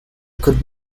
could